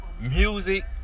music